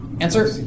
Answer